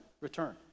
return